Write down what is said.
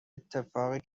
اتفاقی